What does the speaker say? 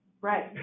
right